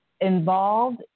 involved